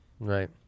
right